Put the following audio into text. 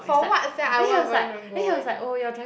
for what sia I won't even any